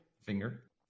Finger